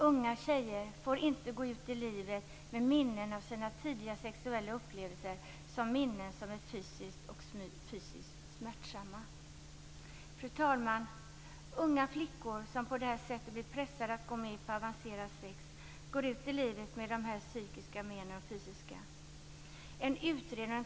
Unga tjejer får inte gå ut i livet med minnen av sina tidiga sexuella upplevelser som fysiskt och psykiskt smärtsamma. Fru talman! Unga flickor som på det här sättet blir pressade att gå med på avancerat sex går ut i livet med psykiska och fysiska men.